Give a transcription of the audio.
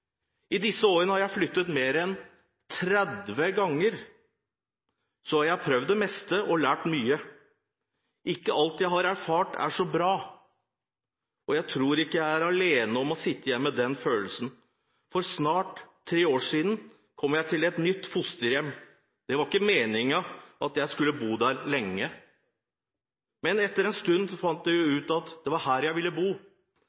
I disse årene har jeg flyttet mer enn 30 ganger, så jeg har prøvd det meste og lært mye. Ikke alt jeg har erfart er så bra, og jeg tror ikke jeg er alene om å sitte igjen med den følelsen. For snart tre år siden kom jeg til et nytt fosterhjem. Det var ikke meningen at jeg skulle bo der heller lenge. Men etter en stund fant jeg ut at der var her jeg ville bo.